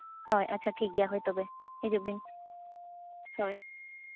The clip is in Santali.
ᱦᱳᱭ ᱟᱪᱪᱷᱟ ᱴᱷᱤᱠᱜᱮᱭᱟ ᱦᱳᱭ ᱛᱚᱵᱮ ᱦᱤᱡᱩᱜ ᱵᱤᱱ ᱦᱳᱭ